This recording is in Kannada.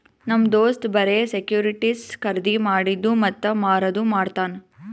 ನಮ್ ದೋಸ್ತ್ ಬರೆ ಸೆಕ್ಯೂರಿಟಿಸ್ ಖರ್ದಿ ಮಾಡಿದ್ದು ಮತ್ತ ಮಾರದು ಮಾಡ್ತಾನ್